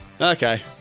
Okay